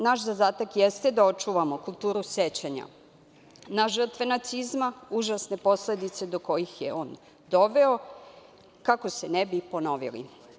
Naš zadatak jeste da očuvamo kulturu sećanja na žrtve nacizma, užasne posledice do kojih je on doveo kako se ne bi ponovili.